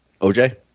oj